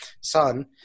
son